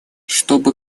чтобы